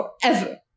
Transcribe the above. forever